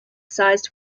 sized